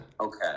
Okay